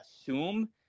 assume